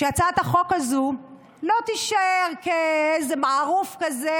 שהצעת החוק הזו לא תישאר כאיזה מערוף כזה,